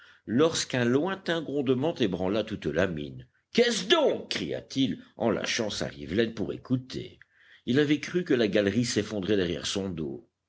lorsqu'un lointain grondement de tonnerre ébranla toute la mine qu'est-ce donc cria-t-il en lâchant sa rivelaine pour écouter il avait cru que la galerie s'effondrait derrière son dos